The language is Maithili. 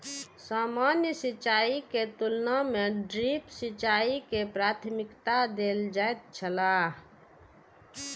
सामान्य सिंचाई के तुलना में ड्रिप सिंचाई के प्राथमिकता देल जाय छला